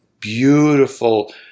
beautiful